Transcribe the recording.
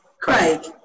Craig